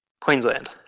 Queensland